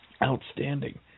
Outstanding